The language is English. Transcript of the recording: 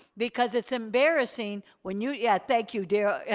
because it's embarrassing when you, yeah thank you dear,